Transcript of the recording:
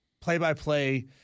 play-by-play